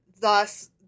Thus